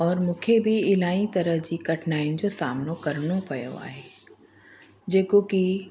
और मूंखे बि इलाही तरह जी कठिनाइयुनि जो सामनो करिणो पयो आहे जेको कि